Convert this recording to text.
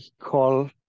call